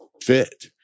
fit